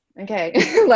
okay